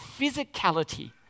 physicality